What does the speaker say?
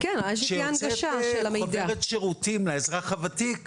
שיוצאת חוברת שירותים לאזרח הוותיק,